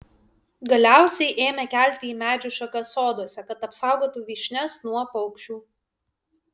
galiausiai ėmė kelti į medžių šakas soduose kad apsaugotų vyšnias nuo paukščių